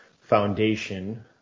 foundation